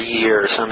years